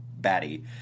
batty